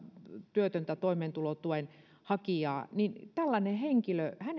työtöntä toimeentulotuen hakijaa ruotsissa niin tällainen henkilö